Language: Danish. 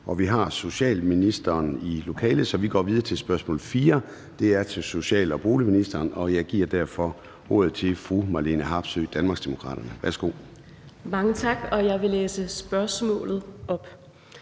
og vi har socialministeren i lokalet. Så vi går videre til spørgsmål 4, som er til social- og boligministeren, og jeg giver derfor ordet til fru Marlene Harpsøe, Danmarksdemokraterne. Kl. 13:15 Spm. nr. S 226 4) Til social- og